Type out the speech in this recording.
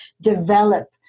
Develop